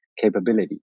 capability